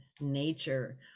nature